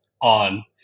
on